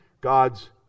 God's